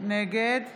נגד